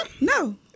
No